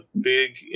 big